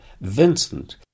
Vincent